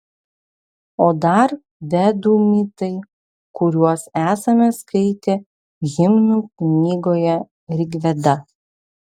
o dar vedų mitai kuriuos esame skaitę himnų knygoje rigveda